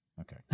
Okay